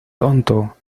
tonto